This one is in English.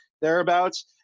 thereabouts